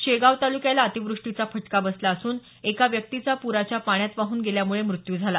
शेगाव ताल्क्याला अतिवृष्टीचा फटका बसला असून एका व्यक्तीचा पूराच्या पाण्यात वाहून गेल्यामुळं मृत्यू झाला